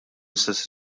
istess